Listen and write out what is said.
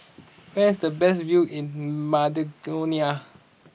where is the best view in Macedonia